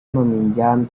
meminjam